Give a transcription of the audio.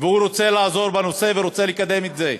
והוא רוצה לעזור בנושא ורוצה לקדם את זה,